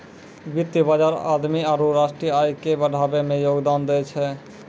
वित्त बजार आदमी आरु राष्ट्रीय आय के बढ़ाबै मे योगदान दै छै